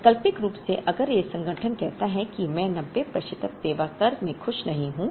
वैकल्पिक रूप से अगर यह संगठन कहता है कि मैं 90 प्रतिशत सेवा स्तर से खुश नहीं हूं